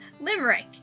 Limerick